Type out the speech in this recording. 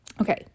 okay